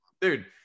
dude